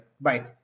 Bye